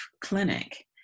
clinic